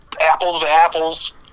apples-to-apples